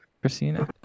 Christina